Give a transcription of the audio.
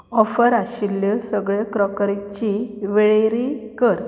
offer आशिल्ल्यो सगळ्यो crockery ची वेळेरी कर